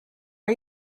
are